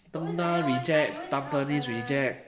tengah reject tampines reject